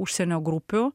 užsienio grupių